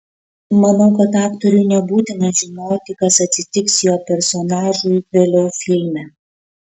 manau kad aktoriui nebūtina žinoti kas atsitiks jo personažui vėliau filme